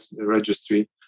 registry